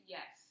Yes